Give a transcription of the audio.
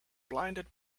blinded